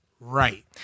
right